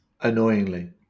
annoyingly